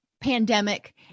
pandemic